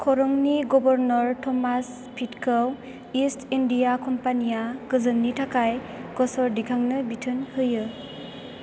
खरंनि governor Thomas पिटखौ East India कम्पानिआ गोजोननि थाखाय गसर दिखांनो बिथोन होयो